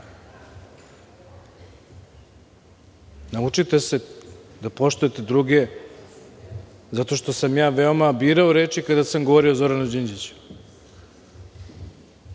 njim. Naučite se da poštujete druge, zato što sam veoma birao reči kada sam govorio o Zoranu Đinđiću.